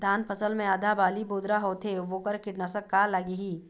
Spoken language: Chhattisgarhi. धान फसल मे आधा बाली बोदरा होथे वोकर कीटनाशक का लागिही?